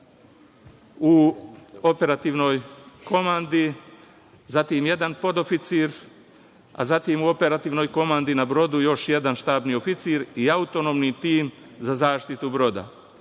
u operativnoj komandi, zatim jedan podoficir, a zatim u operativnoj komandi na brodu još jedan štabni oficir i autonomni tim za zaštitu broda.